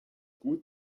gut